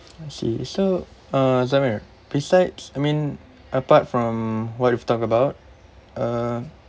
I see so uh zamir besides I mean apart from what we've talk about uh